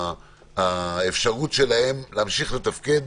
האפשרות שלהם להמשיך לתפקד